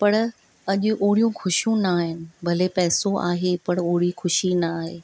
पर अॼु ओड़ियूं ख़ुशियूं न आहिनि भले पैसो आहे पर ओड़ी ख़ुशी न आहे